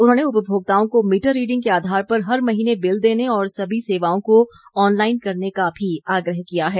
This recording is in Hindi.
उन्होंने उपभोक्ताओं को मीटर रीडिंग के आधार पर हर महीने बिल देने और सभी सेवाओं को ऑनलाइन करने का भी आग्रह किया है